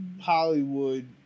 Hollywood